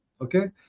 Okay